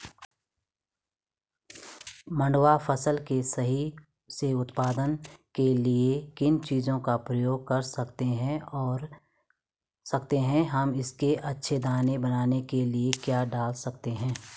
मंडुवा फसल के सही से उत्पादन के लिए किन चीज़ों का प्रयोग कर सकते हैं हम इसके अच्छे दाने बनाने के लिए क्या डाल सकते हैं?